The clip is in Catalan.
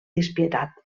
despietat